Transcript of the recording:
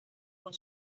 con